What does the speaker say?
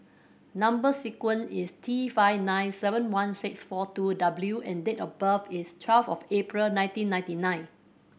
number sequence is T five nine seven one six four two W and date of birth is twelve April nineteen ninety nine